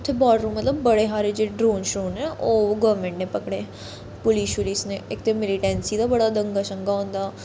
उत्थै बार्डर उप्पर मतलब बड़े हारे जेह्ड़े ड्रोन श्रोन न ओह् गोरमैंट ने पकड़े पुलिस छुलिस ने इक ते मिलीटैंसी दा बडा दंगा शंगा होंदा